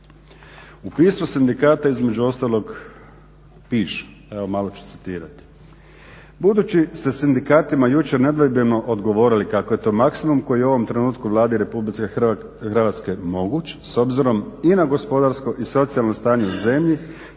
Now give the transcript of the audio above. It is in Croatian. U pismu sindikata između ostalog piše, evo malo ću citirati: Budući ste sindikatima jučer nedvojbeno odgovorili kako je to maksimum koji je u ovom trenutku Vladi Republike Hrvatske moguć, s obzirom i na gospodarsko i socijalno stanje u zemlji